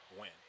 win